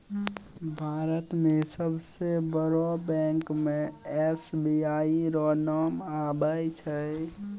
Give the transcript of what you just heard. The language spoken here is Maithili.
भारत मे सबसे बड़ो बैंक मे एस.बी.आई रो नाम आबै छै